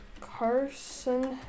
Carson